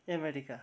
America